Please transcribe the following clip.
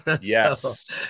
Yes